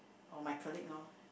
oh my colleague loh